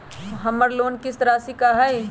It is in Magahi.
हमर लोन किस्त राशि का हई?